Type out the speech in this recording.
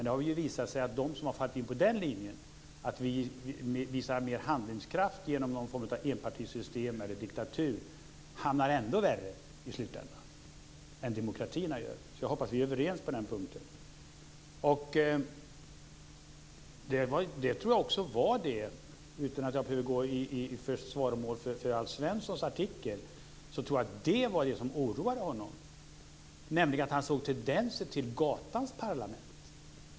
De som har fallit in på linjen att visa mer handlingskraft i form av enpartisystem eller diktatur hamnar ännu värre i slutändan än vad demokratierna gör. Jag hoppas att vi är överens på den punkten. Utan att jag ska behöva gå i svaromål för Alf Svenssons artikel, tror jag att det var detta som oroade honom, nämligen tendenserna till gatans parlament.